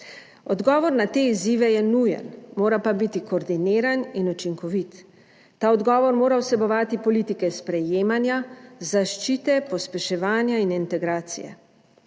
Odgovor na te izzive je nujen, mora pa biti koordiniran in učinkovit. Ta odgovor mora vsebovati politike sprejemanja zaščite, pospeševanja in integracije.